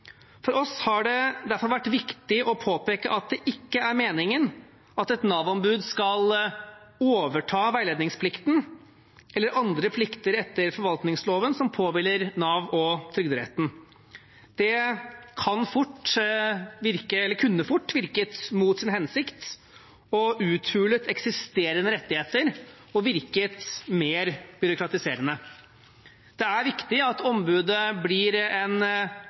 For oss har det derfor vært viktig å påpeke at det ikke er meningen at et Nav-ombud skal overta veiledningsplikten eller andre plikter etter forvaltningsloven som påhviler Nav og Trygderetten. Det kunne fort virket mot sin hensikt og uthulet eksisterende rettigheter og virket mer byråkratiserende. Det er viktig at ombudet blir en